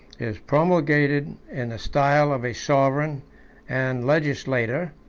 is promulgated in the style of a sovereign and legislator.